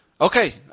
Okay